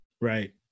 Right